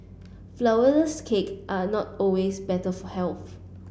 flourless cake are not always better for health